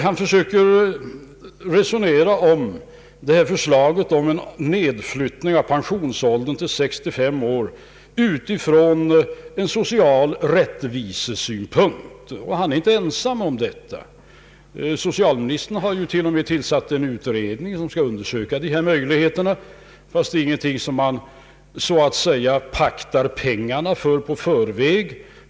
Han försöker övertyga oss om att en sänkning av pensionsåldern till 65 år bör ses som en social rättvisa. Den åsikten är han inte ensam om. Socialministern har till och med tillsatt en utredning som skall undersöka möjligheterna till en sådan sänkning, Men det är ingenting som man så att säga paktar pengarna på i förväg.